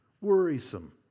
worrisome